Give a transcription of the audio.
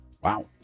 Wow